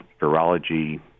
virology